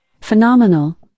Phenomenal